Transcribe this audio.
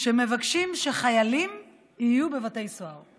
שמבקשים שחיילים יהיו בבתי סוהר.